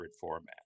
format